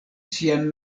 sian